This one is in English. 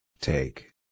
Take